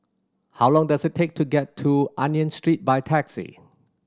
how long does it take to get to Union Street by taxi